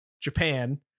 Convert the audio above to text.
japan